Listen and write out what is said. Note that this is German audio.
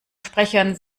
sprechern